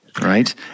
Right